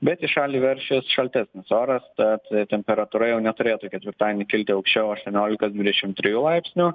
bet į šalį veršis šaltesnis oras tad temperatūra jau neturėtų ketvirtadienį kilti aukščiau aštuoniolikos dvidešim trijų laipsnių